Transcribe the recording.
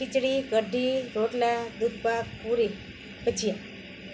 ખિચડી કઢી રોટલા દૂધ પાક પૂરી ભજીયા